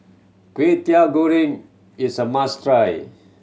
Kway Teow Goreng is a must try